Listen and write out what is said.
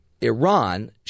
Iran